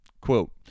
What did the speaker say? quote